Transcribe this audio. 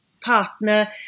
partner